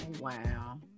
Wow